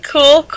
Cool